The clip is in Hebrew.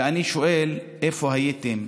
ואני שואל: איפה הייתם?